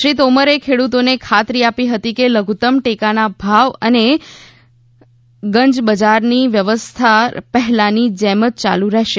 શ્રી તોમરે ખેડૂતોને ખાતરી આપી હતી કે લધુત્તમ ટેકાના ભાવ અને ગંજબજારની વ્યવસ્થા પહેલાંની જેમ જ યાલુ રહેશે